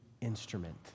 instrument